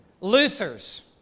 Luthers